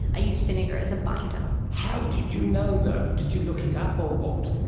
i used vinegar as a binder. how did you know though? did you look it up or what?